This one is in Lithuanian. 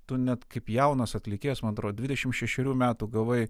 tu net kaip jaunas atlikėjas man atrodo dvidešimt šešerių metų gavai